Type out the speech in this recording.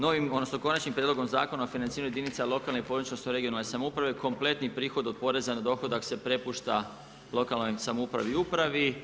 Novim, odnosno Konačnim prijedlogom Zakona o financiranju jedinica lokalne i područne, odnosno regionalne samouprave kompletni prihod od poreza na dohodak se prepušta lokalnoj samoupravi i upravi.